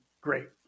great